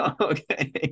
okay